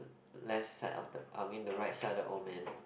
left side of the I mean the right side the old man